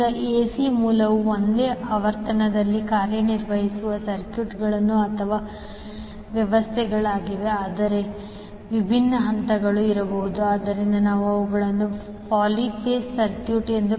ಈಗ ಎಸಿ ಮೂಲವು ಒಂದೇ ಆವರ್ತನದಲ್ಲಿ ಕಾರ್ಯನಿರ್ವಹಿಸುವ ಸರ್ಕ್ಯೂಟ್ಗಳು ಅಥವಾ ವ್ಯವಸ್ಥೆಗಳಿವೆ ಆದರೆ ವಿಭಿನ್ನ ಹಂತಗಳು ಇರಬಹುದು ಆದ್ದರಿಂದ ನಾವು ಅವುಗಳನ್ನು poly phase circuit poly phase circuit